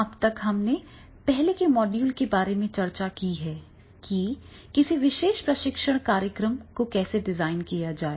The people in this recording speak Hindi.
अब तक हमने पहले के मॉड्यूल में चर्चा की है कि किसी विशेष प्रशिक्षण कार्यक्रम को कैसे डिज़ाइन किया जाए